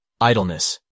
Idleness